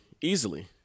easily